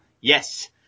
Yes